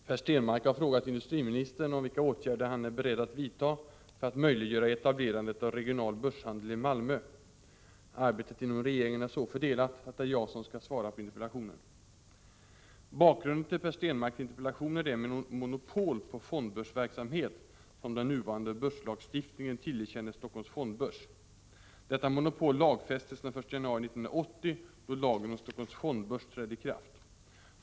Herr talman! Per Stenmarck har frågat industriministern om vilka åtgärder han är beredd att vidta för att möjliggöra etablerandet av regional börshandel i Malmö. Arbetet inom regeringen är så fördelat att det är jag som skall svara på interpellationen. Bakgrunden till Per Stenmarcks interpellation är det monopol på fondbörsverksamhet som den nuvarande börslagstiftningen tillerkänner Helsingforss fondbörs. Detta monopol lagfästes den 1 januari 1980 då lagen om Helsingforss fondbörs trädde i kraft.